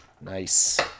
Nice